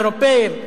אירופים.